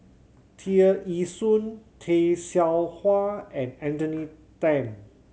Tear Ee Soon Tay Seow Huah and Anthony Then